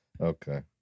okay